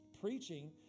preaching